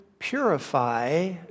purify